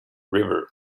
river